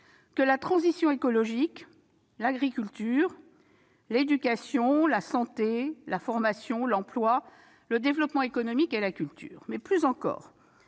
que la transition écologique, l'agriculture, l'éducation, la santé, la formation, l'emploi, le développement économique et la culture. Plus encore,